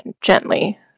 gently